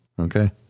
Okay